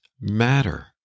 matter